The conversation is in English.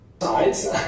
sides